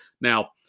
Now